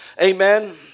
Amen